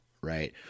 right